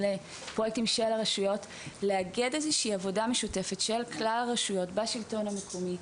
צריך לאגד עבודה משותפת של כלל הרשויות בשלטון המקומי,